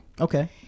Okay